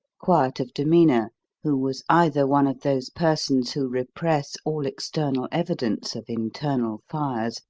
quiet of demeanour who was either one of those persons who repress all external evidence of internal fires,